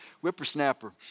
whippersnapper